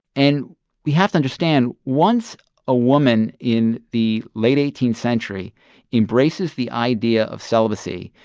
and we have to understand once a woman in the late eighteenth century embraces the idea of celibacy,